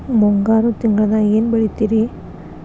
ಮುಂಗಾರು ತಿಂಗಳದಾಗ ಏನ್ ಬೆಳಿತಿರಿ?